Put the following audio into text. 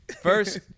First